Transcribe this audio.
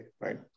right